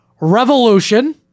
revolution